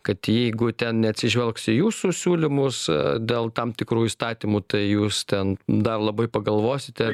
kad jeigu ten neatsižvelgs į jūsų siūlymus dėl tam tikrų įstatymų tai jūs ten dar labai pagalvosite